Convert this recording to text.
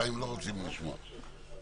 אני כבר קיבלתי משליח הממשלה,